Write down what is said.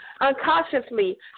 unconsciously